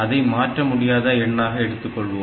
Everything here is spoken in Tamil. அதை மாற்ற முடியாத எண்ணாக எடுத்துக்கொள்வோம்